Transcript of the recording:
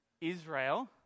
Israel